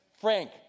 Frank